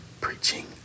preaching